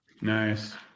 Nice